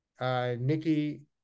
Nikki